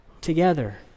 together